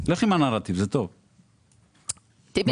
אני